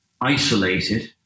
isolated